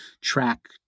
track